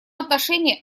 отношении